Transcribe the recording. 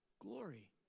glory